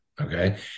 Okay